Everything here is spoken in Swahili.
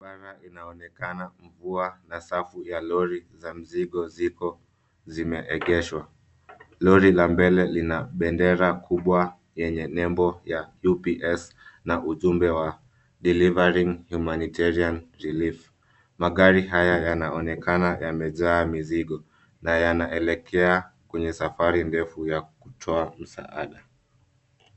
Barabara inaonekana mvua na safu ya lori za mzigo ziko zimeegeshwa. Lori la mbele lina bendera kubwa yenye nembo ya UPS na ujumbe wa Delivering Humanitarian Relief . Magari haya yanaonekana yamejaa mizigo na yanaelekea kwenye safari ndefu ya kutoa msaada.